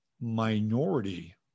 minority